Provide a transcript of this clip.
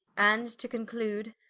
and to conclude,